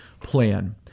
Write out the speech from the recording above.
Plan